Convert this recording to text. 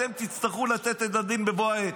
אתם תצטרכו לתת את הדין בבוא העת.